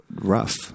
rough